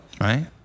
Right